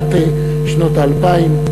בתחילת שנות האלפיים.